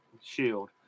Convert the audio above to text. shield